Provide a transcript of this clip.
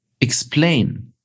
explain